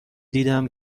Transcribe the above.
دیدم